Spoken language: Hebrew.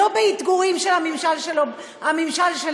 לא באתגורים של הממשל של טראמפ.